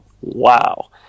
Wow